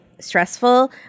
stressful